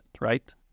right